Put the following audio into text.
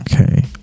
okay